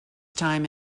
time